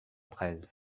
treize